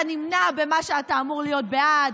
אתה נמנע במה שאתה אמור להיות בעד,